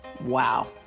Wow